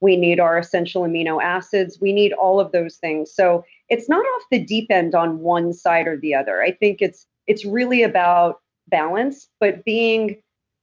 we need our essential amino acids. we need all of those things. so it's not off the deep end on one side or the other. i think it's it's really about balance, but being